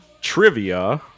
trivia